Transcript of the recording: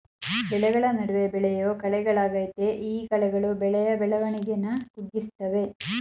ಬೆಳೆಗಳ ನಡುವೆ ಬೆಳೆಯೋ ಕಳೆಗಳಾಗಯ್ತೆ ಈ ಕಳೆಗಳು ಬೆಳೆಯ ಬೆಳವಣಿಗೆನ ಕುಗ್ಗಿಸ್ತವೆ